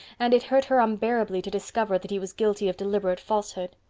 and it hurt her unbearably to discover that he was guilty of deliberate falsehood.